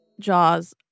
jaws